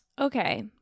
Okay